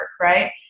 right